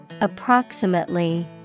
Approximately